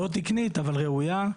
לא תקנית, אבל ראויה.